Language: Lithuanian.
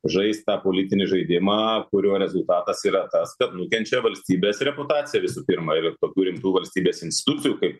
žaist tą politinį žaidimą kurio rezultatas yra tas kad nukenčia valstybės reputacija visų pirma ir tokių rimtų valstybės institucijų kaip